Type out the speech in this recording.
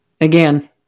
Again